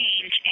change